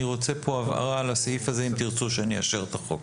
אני רוצה הבהרה על הסעיף הזה אם תרצו שאני אאשר את החוק.